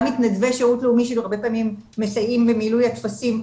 גם מתנדבי שירות לאומי שהרבה פעמים מסייעים במילוי הטפסים,